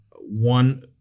one